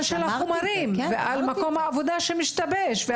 של החומרים ועל מקום העבודה שמשתבש.